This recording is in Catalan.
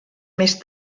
més